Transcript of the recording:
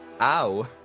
Ow